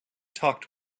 talked